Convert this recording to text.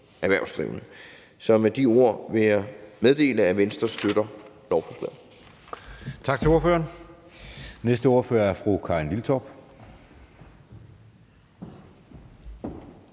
Så med de ord vil jeg meddele, at Venstre støtter lovforslaget.